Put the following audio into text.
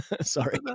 Sorry